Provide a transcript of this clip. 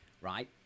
right